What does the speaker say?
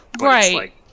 Right